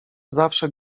zawsze